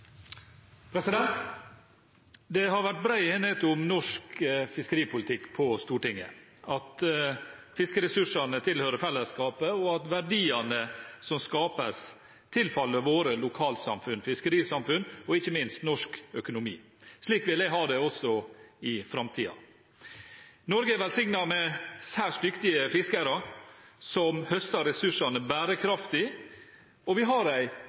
Det har vært bred enighet om norsk fiskeripolitikk på Stortinget, at fiskeressursene tilhører fellesskapet, og at verdiene som skapes, tilfaller våre lokalsamfunn, fiskerisamfunn og ikke minst norsk økonomi. Slik vil jeg ha det også i framtiden. Norge er velsignet med særs dyktige fiskere, som høster ressursene bærekraftig, og vi har